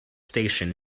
station